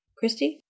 Christy